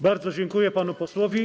Bardzo dziękuję panu posłowi.